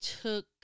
took